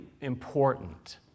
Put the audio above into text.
important